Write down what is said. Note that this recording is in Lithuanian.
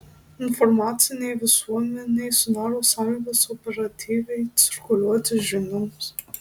informacinė visuomenė sudaro sąlygas operatyviai cirkuliuoti žinioms